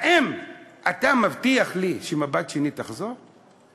האם אתה מבטיח לי ש"מבט שני" תחזור?